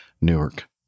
Newark